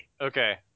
Okay